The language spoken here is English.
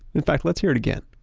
in fact, let's hear it again